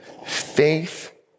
Faith